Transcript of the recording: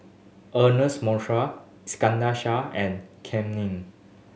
Ernest Iskandar Shah and Kam Ning